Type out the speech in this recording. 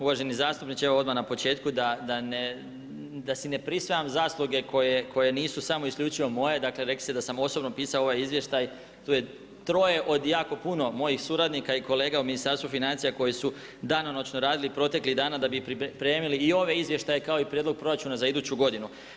Uvaženi zastupniče, evo odmah na početku da si ne prisvajam zasluge koje nisu samo isključivo moje, dakle rekli ste da nisam osobno pisao ovaj izvještaj, tu je troje od jako puno mojih suradnika i kolega u Ministarstvu financija koje su danonoćno radile proteklih dana da bi pripremili i ove izvještaje kao i prijedlog proračuna za iduću godinu.